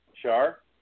Char